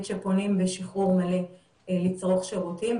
שפונים לשחרור מלא לצרוך שירותים,